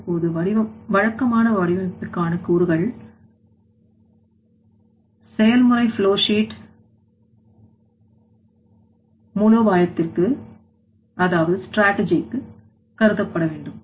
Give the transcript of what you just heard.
இப்போது வழக்கமான வடிவமைப்புக்கான கூறுகள் செயல்முறை மூலோபாய த்திற்கு கருதப்பட வேண்டும்